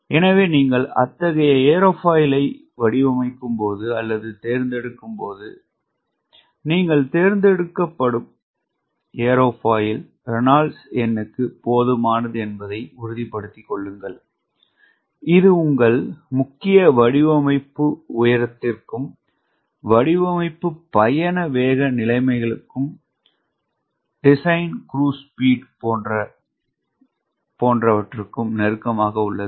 எனவே நீங்கள் அத்தகைய ஏரோஃபாயிலை வடிவமைக்கும்போது அல்லது தேர்ந்தெடுக்கும்போது நீங்கள் தேர்ந்தெடுக்கும் ஏரோஃபாயில் ரெனால்ட் எண்ணுக்கு போதுமானது என்பதை உறுதிப்படுத்திக் கொள்ளுங்கள் இது உங்கள் முக்கிய வடிவமைப்பு உயரத்திற்கும் வடிவமைப்பு பயண வேக நிலைமைகளுக்கும் design cruise speed நெருக்கமாக உள்ளது